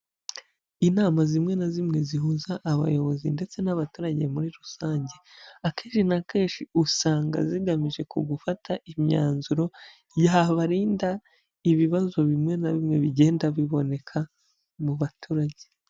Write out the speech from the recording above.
Inama zimwe na zimwe zihuza abayobozi ndetse n'abaturage muri rusange, akenshi na kenshi usanga zigamije kugufata imyanzuro yababarinda ibibazo bimwe na bimwe bigenda biboneka mu baturage.